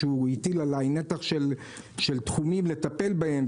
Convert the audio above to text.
שהטיל עלי נתח של תחומים לטפל בהם,